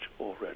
already